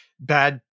bad